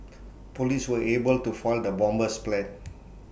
Police were able to foil the bomber's plans